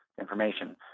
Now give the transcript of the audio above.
information